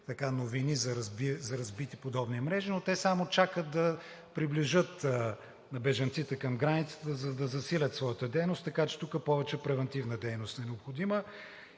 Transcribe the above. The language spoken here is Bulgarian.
новини за разбити подобни мрежи, но те само чакат да приближат бежанците към границата, за да засилят своята дейност, така че тук повече превантивна дейност е необходима.